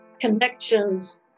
connections